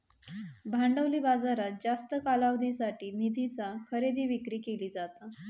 भांडवली बाजारात जास्त कालावधीसाठी निधीची खरेदी विक्री केली जाता